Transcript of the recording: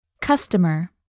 Customer